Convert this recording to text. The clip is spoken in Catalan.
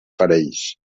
parells